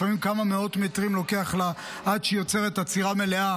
לפעמים כמה מאות מטרים לוקח לה עד שהיא יוצרת עצירה מלאה